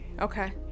okay